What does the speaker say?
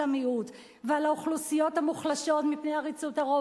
המיעוט ועל האוכלוסיות המוחלשות מפני עריצות הרוב,